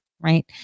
right